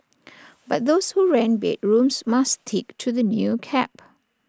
but those who rent bedrooms must stick to the new cap